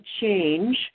change